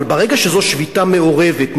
אבל ברגע שזו שביתה מעורבת,